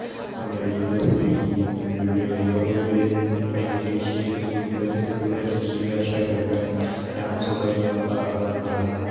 अपने लेई लस्सी होई गेई गूंदगतिरा होई गया और बी बडी सारी मैंगो शेक होई गये बेसे बड़ी सारी चीजां जेहडी अस ट्राई करदे रौंहने लैमन सोडा हून घार असें बनाए दा हा